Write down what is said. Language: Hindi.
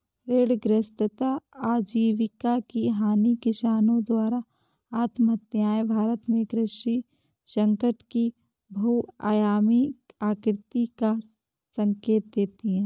ऋणग्रस्तता आजीविका की हानि किसानों द्वारा आत्महत्याएं भारत में कृषि संकट की बहुआयामी प्रकृति का संकेत देती है